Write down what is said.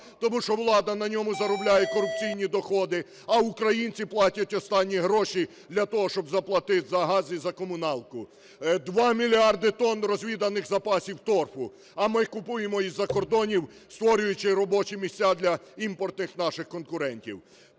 тому що влада на ньому заробляє корупційні доходи, а українці платять останні гроші для того, щоб заплатити за газ і за комуналку. 2 мільярди тонн розвіданих запасів торфу, а ми купуємо із-за кордонів, створюючи робочі місця для імпортних наших конкурентів.